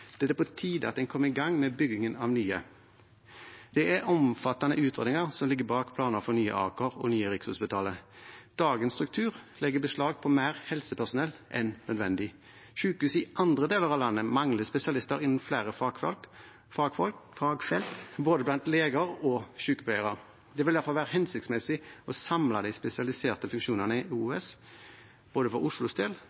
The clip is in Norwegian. Det er på tide av man kommer i gang med byggingen av nye. Det er omfattende utredninger som ligger bak planer for Nye Aker og Nye Rikshospitalet. Dagens struktur legger beslag på mer helsepersonell enn nødvendig. Sykehus i andre deler av landet mangler spesialister innen flere fagfelt, både blant leger og blant sykepleiere. Det vil derfor være hensiktsmessig å samle de spesialiserte funksjonene i